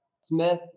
Smith